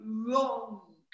wrong